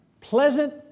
pleasant